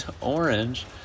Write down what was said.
orange